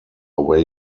where